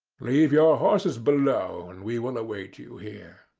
leave your horses below and we will await you here,